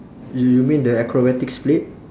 you mean the acrobatic split